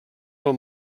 del